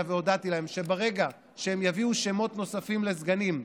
והודעתי להם שברגע שהם יביאו שמות נוספים לסגנים,